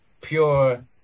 pure